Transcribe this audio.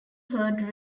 herd